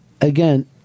Again